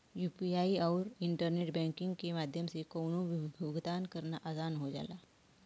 UPI आउर internet banking के माध्यम से कउनो भी भुगतान करना आसान हो जाला